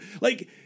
Like-